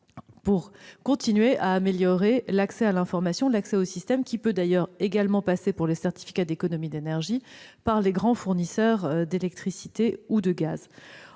de continuer d'améliorer l'accès à l'information. L'accès au système peut d'ailleurs également passer, pour les certificats d'économie d'énergie, par le biais des grands fournisseurs d'électricité ou de gaz.